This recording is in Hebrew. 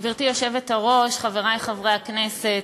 אני אגיד,